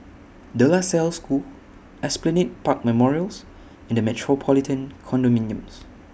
De La Salle School Esplanade Park Memorials and The Metropolitan Condominium